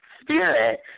spirit